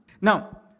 Now